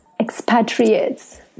Expatriates